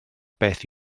beth